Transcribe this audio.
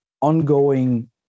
ongoing